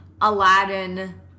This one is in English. Aladdin